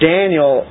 Daniel